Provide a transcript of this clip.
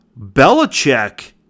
Belichick